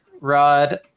Rod